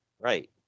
right